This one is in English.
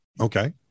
Okay